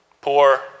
poor